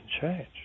change